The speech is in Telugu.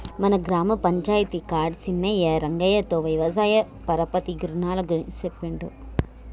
మన గ్రామ పంచాయితీ కాడ సీనయ్యా రంగయ్యతో వ్యవసాయ పరపతి రునాల గురించి సెప్పిండు